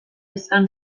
izan